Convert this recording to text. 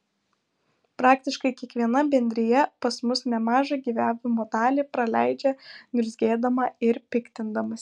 praktiškai kiekviena bendrija pas mus nemažą gyvavimo dalį praleidžia niurzgėdama ir piktindamasi